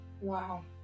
Wow